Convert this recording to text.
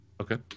okay